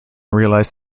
realize